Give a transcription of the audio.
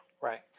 Right